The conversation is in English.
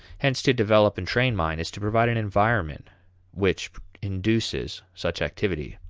hence to develop and train mind is to provide an environment which induces such activity.